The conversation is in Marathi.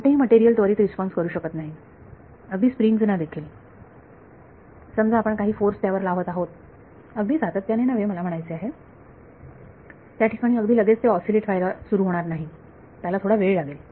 कोणतेही मटेरियल त्वरित रिस्पॉन्स करू शकत नाही अगदी स्प्रिंग्स ना देखील समजा आपण काही फोर्स त्यावर लावत आहोत अगदी सातत्याने नव्हे मला म्हणायचे आहे त्या ठिकाणी अगदी लगेच ते ऑसिलेट व्हायला सुरू होणार नाहीत त्याला थोडा वेळ लागेल